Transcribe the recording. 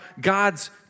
God's